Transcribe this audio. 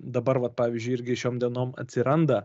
dabar vat pavyzdžiui irgi šiom dienom atsiranda